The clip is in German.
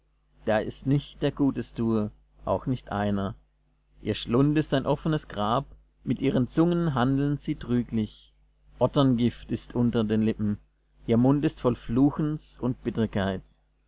da ist nicht der gutes tue auch nicht einer ihr schlund ist ein offenes grab mit ihren zungen handeln sie trüglich otterngift ist unter den lippen ihr mund ist voll fluchens und bitterkeit